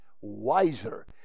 wiser